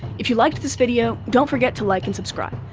if you liked this video, don't forget to like and subscribe.